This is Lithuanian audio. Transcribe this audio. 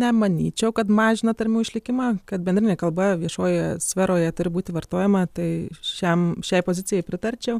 nemanyčiau kad mažina tarmių išlikimą kad bendrinė kalba viešojoje sferoje turi būti vartojama tai šiam šiai pozicijai pritarčiau